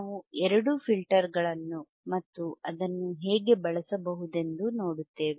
ನಾವು ಎರಡೂ ಫಿಲ್ಟರ್ಗಳನ್ನು ಮತ್ತು ಅದನ್ನು ಹೇಗೆ ಬಳಸಬಹುದೆಂದು ನೋಡುತ್ತೇವೆ